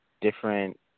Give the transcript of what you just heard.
different